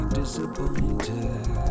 disappointed